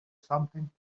something